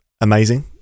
amazing